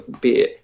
beer